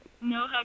no